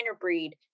breed